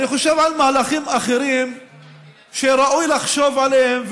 אני חושב על מהלכים אחרים שראוי לחשוב עליהם,